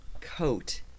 coat